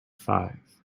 five